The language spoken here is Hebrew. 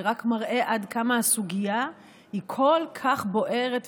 זה רק מראה עד כמה הסוגיה היא כל כך בוערת ונוגעת,